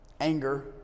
anger